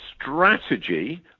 strategy